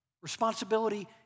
responsibility